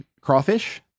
crawfish